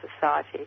society